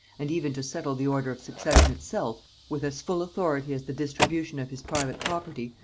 and even to settle the order of succession itself, with as full authority as the distribution of his private property,